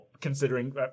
considering